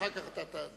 אני